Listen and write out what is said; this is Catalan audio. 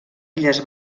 illes